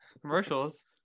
commercials